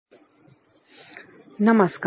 digital ramp प्रकारचे voltmeter नमस्कार